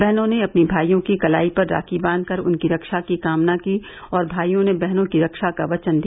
बहनों ने अपने भाईयों की कलाई पर राखी बांधकर उनकी रक्षा की कामना की और भाइयों ने बहनों की रक्षा का वचन दिया